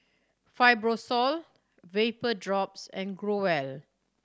Fibrosol Vapodrops and Growell